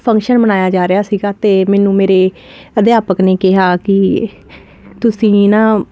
function ਮਨਾਇਆ ਜਾ ਰਿਹਾ ਸੀਗਾ ਤੇ ਮੈਨੂੰ ਮੇਰੇ ਅਧਿਆਪਕ ਨੇ ਕਿਹਾ ਕਿ ਤੁਸੀਂ ਨਾ